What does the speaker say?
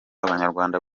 abanyarwanda